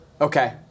Okay